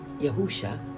Yahusha